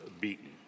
beaten